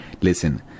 listen